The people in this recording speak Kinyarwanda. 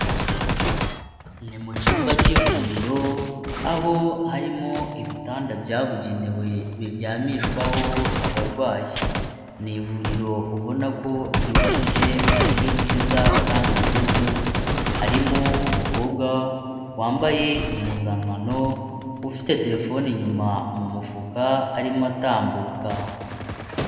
Ni mu cyumba cy'ivuriro aho harimo ibitanda byabugenewe biryamishwaho abarwayi, ni ivuriro ubona ko ryubatse mu buryo bwiza kandi bugezweho, harimo umukobwa wambaye impuzankano ufite telefone inyuma mu mufuka arimo atambuka.